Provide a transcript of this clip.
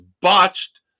botched